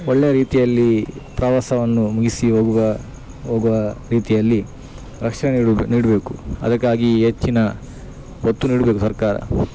ಒಳ್ಳೆಯ ರೀತಿಯಲ್ಲಿ ಪ್ರವಾಸವನ್ನು ಮುಗಿಸಿ ಹೋಗುವ ಹೋಗುವ ರೀತಿಯಲ್ಲಿ ರಕ್ಷಣೆ ನೀಡುದು ನೀಡಬೇಕು ಅದಕ್ಕಾಗಿ ಹೆಚ್ಚಿನ ಒತ್ತು ನೀಡಬೇಕು ಸರ್ಕಾರ